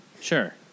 Sure